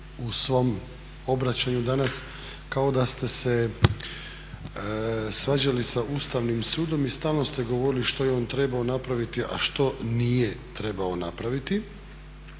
u svom obraćanju danas kao da ste se svađali sa Ustavnim sudom i stalno ste govorili što je on trebao napraviti a što nije trebao napraviti.